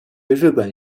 日本